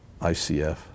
ICF